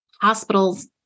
Hospitals